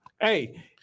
Hey